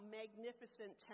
magnificent